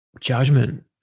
judgment